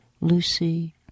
Lucy